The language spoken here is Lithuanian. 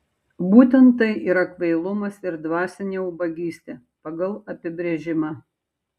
būtent tai yra kvailumas ir dvasinė ubagystė pagal apibrėžimą